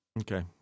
Okay